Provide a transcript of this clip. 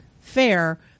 fair